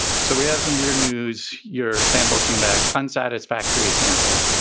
so we have some weird news. your sample came back unsatisfactory sample.